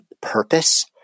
purpose